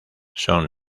son